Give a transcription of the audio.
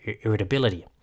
irritability